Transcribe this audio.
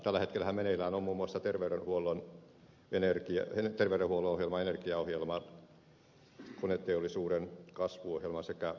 tällä hetkellähän meneillään ovat muun muassa terveydenhuollon ohjelma energiaohjelma koneteollisuuden kasvuohjelma sekä kuntaohjelma